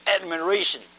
admiration